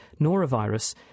norovirus